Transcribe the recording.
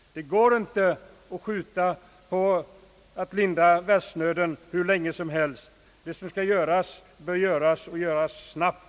Det går inte att dröja med att lindra världsnöden hur länge som helst. Vad som skall göras bör göras snabbt.